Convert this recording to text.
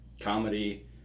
comedy